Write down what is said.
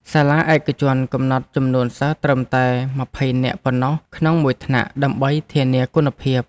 សាលាឯកជនកំណត់ចំនួនសិស្សត្រឹមតែ ២០ នាក់ប៉ុណ្ណោះក្នុងមួយថ្នាក់ដើម្បីធានាគុណភាព។